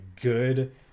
good